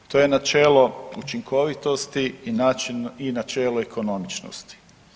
je načelo učinkovitosti i načelo ekonomičnosti.